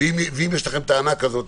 ואם יש לכם טענה כזאת,